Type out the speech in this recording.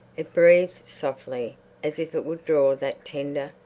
it breathed softly as if it would draw that tender,